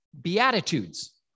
beatitudes